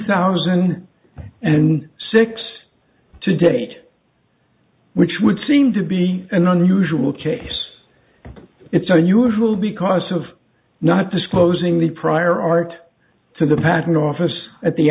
thousand and six to date which would seem to be an unusual case it's unusual because of not disclosing the prior art to the patent office at the